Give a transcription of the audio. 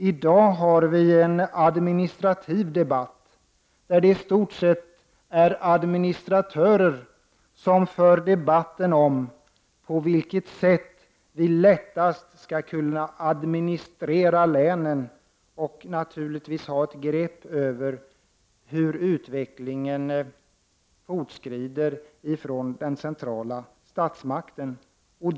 I dag har vi en administrativ debatt, där det i stort sett är administratörer som för debatten om på vilket sätt vi lättast skall kunna administrera länen och naturligtvis ha ett grepp om hur utvecklingen fortskrider från den centrala statsmakten.